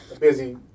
busy